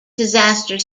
disaster